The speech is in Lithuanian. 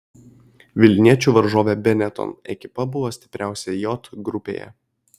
vilniečių varžovė benetton ekipa buvo stipriausia j grupėje